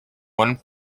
one